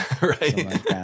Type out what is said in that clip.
Right